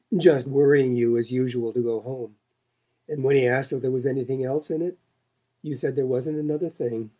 just worrying you as usual to go home and when he asked if there was anything else in it you said there wasn't another thing.